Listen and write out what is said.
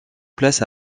place